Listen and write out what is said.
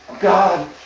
God